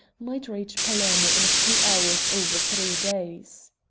might reach palermo in a few hours over three days.